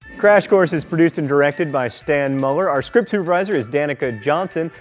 crash course is produced and directed by stan muller, our script supervisor is danica johnson,